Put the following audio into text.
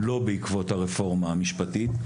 לא בעקבות הרפורמה המשפטית,